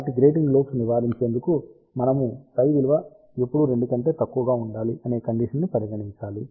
కాబట్టి grating lobes నివారించేందుకు మనము ψ విలువ ఎప్పుడూ 2 కంటే తక్కువగా ఉండాలి అనే కండిషన్ ని పరిగణించాలి